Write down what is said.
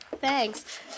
Thanks